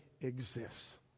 exists